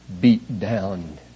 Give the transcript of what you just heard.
beat-down